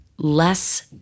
less